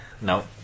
no